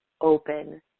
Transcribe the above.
open